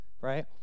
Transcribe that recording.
right